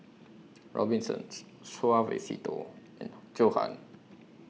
Robinsons Suavecito and Johan